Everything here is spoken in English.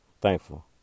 thankful